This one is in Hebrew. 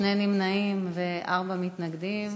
שני נמנעים, ארבעה מתנגדים